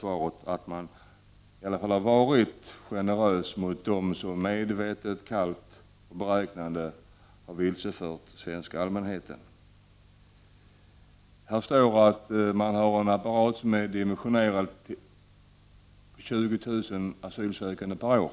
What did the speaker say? Man är, eller har i varje fall varit, generös mot dem som medvetet och kallt beräknande har vilsefört den svenska allmänheten. Det står i det skrivna svaret att man har en apparat som är dimensionerad för 20000 asylsökande per år.